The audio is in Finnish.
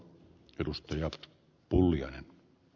arvoisa puhemies